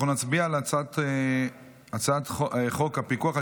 אנחנו נצביע על הצעת חוק הפיקוח על